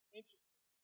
interesting